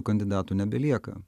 kandidatų nebelieka